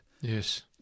Yes